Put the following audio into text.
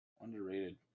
Underrated